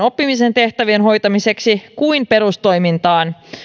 oppimisen tehtävien hoitamiseksi kuin perustoimintaan